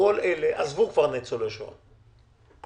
עזבו כבר ניצולי שואה,